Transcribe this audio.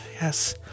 Yes